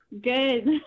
Good